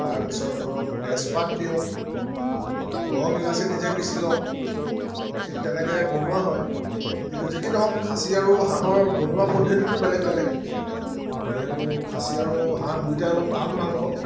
তাৰপিছত ধৰক তেজপাত দিওঁ লং ইলাচি নিজে পিছি লওঁ ঠিক তেনেকৈ বনোৱা হয় কিন্তু যি কি নহওক খাচী আৰু হাঁহৰ বনোৱা পদ্ধতিটো বেলেগ বেলেগ যিহেতু খাচী আৰু হাঁহ দুয়োটা অলপ টান মাংস